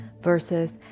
Versus